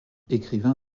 écrivain